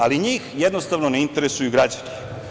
Ali, njih jednostavno ne interesuju građani.